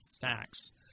facts